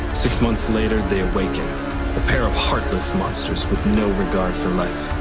six months later, they awaken a pair of heartless monsters with no regard for life